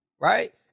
right